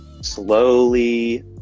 slowly